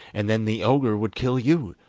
and then the ogre would kill you!